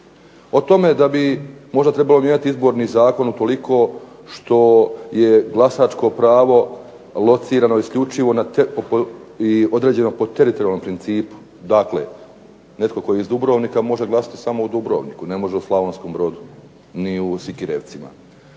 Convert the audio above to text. O tome da bi možda trebalo mijenjati izborni zakon utoliko što je glasačko pravo locirano isključivo na i određeno po teritorijalnom principu, dakle netko tko je iz Dubrovnika može glasati samo u Dubrovniku, ne može u Slavonskom Brodu, ni u Sikirevcima,